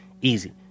easy